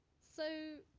so,